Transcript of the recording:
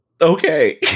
Okay